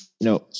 No